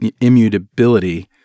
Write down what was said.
immutability